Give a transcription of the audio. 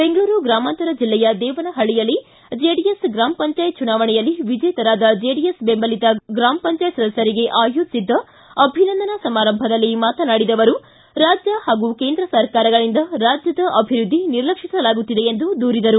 ಬೆಂಗಳೂರು ಗ್ರಾಮಾಂತರ ಜಿಲ್ಲೆಯ ದೇವನಹಳ್ಳಿಯಲ್ಲಿ ಜೆಡಿಎಸ್ ಗ್ರಾಮ ಪಂಚಾಯತ್ ಚುನಾವಣೆಯಲ್ಲಿ ವಿಜೇತರಾದ ಜೆಡಿಎಸ್ ಬೆಂಬಲಿತ ಗ್ರಾಮ ಪಂಚಾಯತ್ ಸದಸ್ಟರಿಗೆ ಆಯೋಜಿಸಿದ್ದ ಅಭಿನಂದನಾ ಸಮಾರಂಭದಲ್ಲಿ ಮಾತನಾಡಿದ ಅವರು ರಾಜ್ಯ ಹಾಗೂ ಕೇಂದ್ರ ಸರ್ಕಾರಗಳಿಂದ ರಾಜ್ಯದ ಅಭಿವೃದ್ದಿ ನಿರ್ಲಕ್ಷಿಸಲಾಗುತ್ತಿದೆ ಎಂದು ದೂರಿದರು